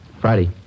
Friday